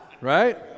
right